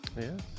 Yes